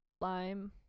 Lime